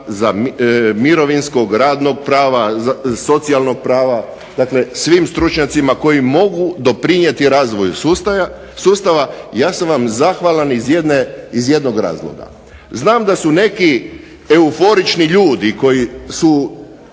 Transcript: mirovinskog, radnog prava, socijalnog prava. Dakle, svim stručnjacima koji mogu doprinijeti razvoju sustava. Ja sam vam zahvalan iz jednog razloga, znam da su neki euforični ljudi koji su